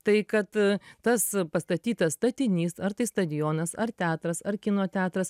tai kad tas pastatytas statinys ar tai stadionas ar teatras ar kino teatras